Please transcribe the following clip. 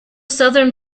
southern